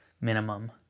minimum